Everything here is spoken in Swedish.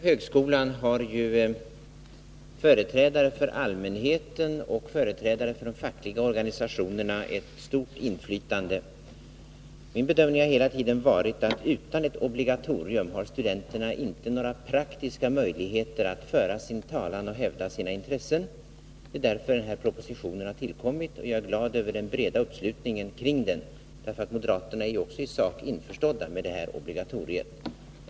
Herr talman! I den nya högskolan har företrädare för allmänheten och företrädare för de fackliga organisationerna stort inflytande. Min bedömning har hela tiden varit att studenterna utan ett obligatorium inte har några praktiska möjligheter att föra sin talan och hävda sina intressen. Det är därför den aktuella propositionen har tillkommit, och jag är glad över den breda uppslutningen. Moderaterna är ju också i sak införstådda med detta obligatorium.